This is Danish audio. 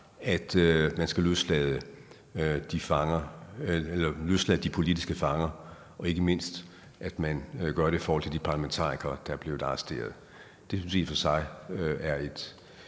at man skal løslade de politiske fanger, og ikke mindst at vi gør det i forhold til de parlamentarikere, der er blevet arresteret. Det synes jeg i og for sig er et